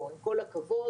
עם כל הכבוד.